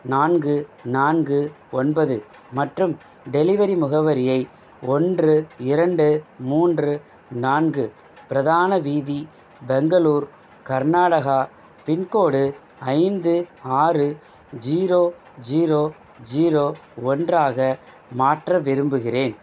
நான்கு நான்கு ஒன்பது மற்றும் டெலிவரி முகவரியை ஒன்று இரண்டு மூன்று நான்கு பிரதான வீதி பெங்களூர் கர்நாடகா பின்கோடு ஐந்து ஆறு ஜீரோ ஜீரோ ஜீரோ ஒன்றாக மாற்ற விரும்புகிறேன்